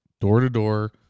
door-to-door